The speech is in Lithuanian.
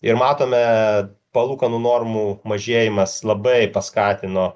ir matome palūkanų normų mažėjimas labai paskatino